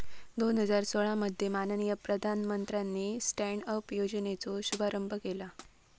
दोन हजार सोळा मध्ये माननीय प्रधानमंत्र्यानी स्टॅन्ड अप योजनेचो शुभारंभ केला